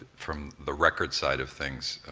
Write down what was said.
from the record side of things,